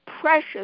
Precious